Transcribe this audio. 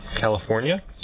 California